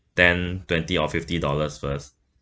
then twenty or fifty dollars first